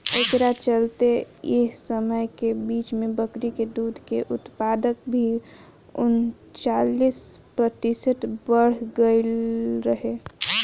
एकरा चलते एह समय के बीच में बकरी के दूध के उत्पादन भी उनचालीस प्रतिशत बड़ गईल रहे